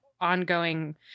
ongoing